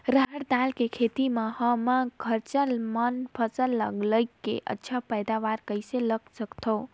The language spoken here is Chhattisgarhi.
रहर दाल के खेती ला मै ह कम खरचा मा फसल ला लगई के अच्छा फायदा कइसे ला सकथव?